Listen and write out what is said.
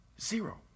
Zero